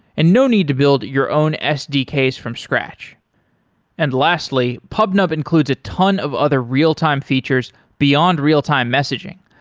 and no need to build your own sdks from scratch and lastly, pubnub includes a ton of other real-time features beyond real-time messaging,